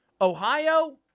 Ohio